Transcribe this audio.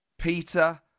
Peter